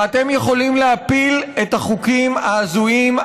אתם יכולים להפיל את החוקים ההזויים,